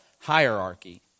hierarchy